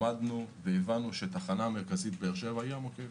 למדנו והבנו שתחנה מרכזית באר שבע היא המוקד.